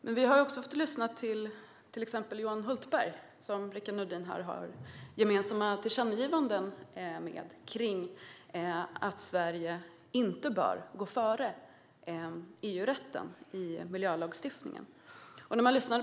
Men vi har också hört Johan Hultberg, som Rickard Nordin har gemensamma tillkännagivanden med, tala om att Sverige inte bör gå före EU-rätten i miljölagstiftningen.